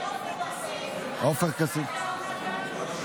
עופר כסיף ויוסף עטאונה.